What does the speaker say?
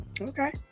Okay